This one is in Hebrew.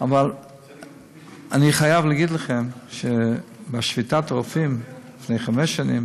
אבל אני חייב להגיד לכם שבשביתת הרופאים לפני חמש שנים,